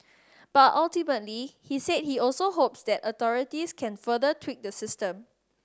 but ultimately he said he also hopes that authorities can further tweak the system